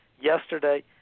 Yesterday